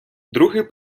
другий